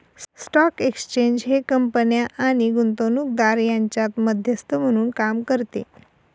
stock exchange हे कंपन्या आणि गुंतवणूकदार यांच्यात मध्यस्थ म्हणून काम करते